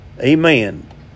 amen